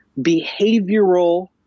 behavioral